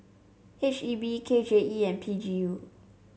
H E B K J E and P G U